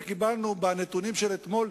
שקיבלנו בנתונים של אתמול,